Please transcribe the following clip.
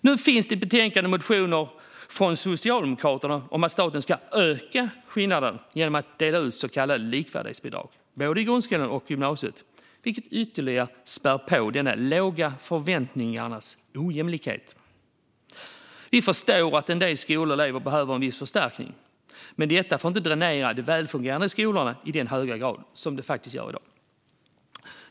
I betänkandet finns motioner från Socialdemokraterna om att staten ska öka skillnaderna genom att dela ut så kallade likvärdighetsbidrag i både grundskolan och gymnasiet, vilket ytterligare spär på denna de låga förväntningarnas ojämlikhet. Vi förstår att en del skolor och elever behöver viss förstärkning, men detta får inte dränera de välfungerande skolorna i den höga grad det gör i dag.